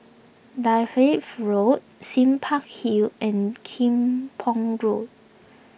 Dalkeith Road Sime Park Hill and Kim Pong Road